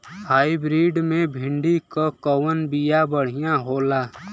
Hybrid मे भिंडी क कवन बिया बढ़ियां होला?